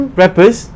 rappers